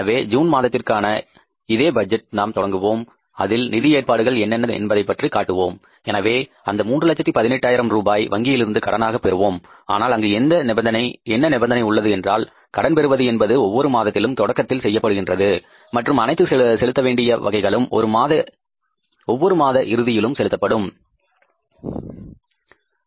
எனவே ஜூன் மாதத்திற்கான இதே பட்ஜெட் நாம் தொடங்குவோம் அதில் நிதி ஏற்பாடுகள் என்னென்ன என்பதைப் பற்றி காட்டுவோம் எனவே அந்த 318000 ரூபாய் வங்கியிலிருந்து கடனாக பெறுவோம் ஆனால் அங்கு என்ன நிபந்தனை உள்ளது என்றால் கடன் பெறுவது என்பது ஒவ்வொரு மாதத்திலும் தொடக்கத்தில் செய்யப்படுகின்றது மற்றும் அனைத்து செலுத்தவேண்டிய வகைகளும் ஒவ்வொரு மாத இறுதியில் செலுத்தப்படுகின்றது